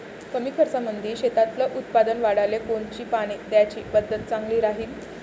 कमी खर्चामंदी शेतातलं उत्पादन वाढाले कोनची पानी द्याची पद्धत चांगली राहीन?